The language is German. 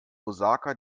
osaka